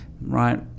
right